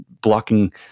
blocking